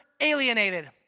alienated